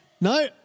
No